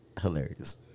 hilarious